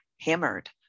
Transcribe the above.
hammered